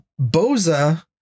boza